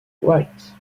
wright